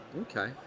okay